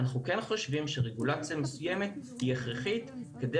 אנחנו כן חושבים שרגולציה מסוימת היא הכרחית כדי